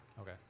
Okay